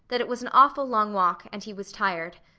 that it was an awful long walk, and he was tired.